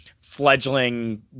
fledgling